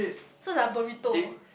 so it's like burrito